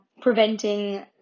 preventing